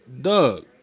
Doug